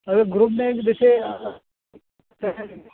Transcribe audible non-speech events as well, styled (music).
اور ایک گروپ میں ایک جیسے (unintelligible)